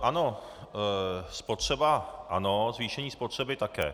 Ano, spotřeba ano, zvýšení spotřeby také.